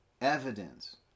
evidence